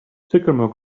sycamore